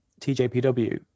TJPW